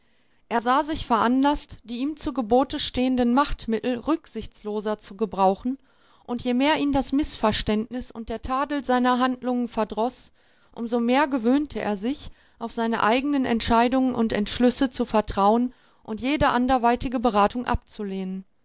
er sah sich veranlaßt die ihm zu gebote stehenden machtmittel rücksichtsloser zu gebrauchen und je mehr ihn das mißverständnis und der tadel seiner handlungen verdroß um so mehr gewöhnte er sich auf seine eigenen entscheidungen und entschlüsse zu vertrauen und jede anderweitige beratung abzulehnen